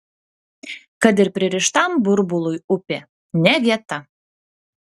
kad ir pririštam burbului upė ne vieta